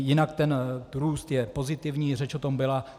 Jinak ten růst je pozitivní, řeč o tom byla.